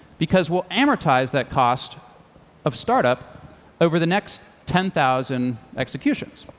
because we'll amortize that cost of startup over the next ten thousand executions.